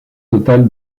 total